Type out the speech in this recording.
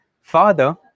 Father